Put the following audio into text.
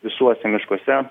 visuose miškuose